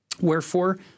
Wherefore